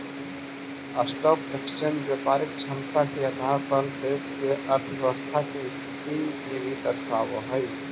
stock exchange व्यापारिक क्षमता के आधार पर देश के अर्थव्यवस्था के स्थिति के भी दर्शावऽ हई